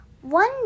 one